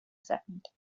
second